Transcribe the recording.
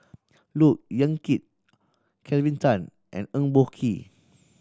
Look Yan Kit Kelvin Tan and Eng Boh Kee